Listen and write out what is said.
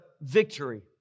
victory